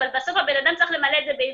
אבל בסוף הבן אדם צריך למלא את זה בעברית.